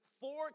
four